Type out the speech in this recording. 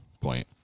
point